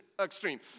extreme